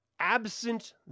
absent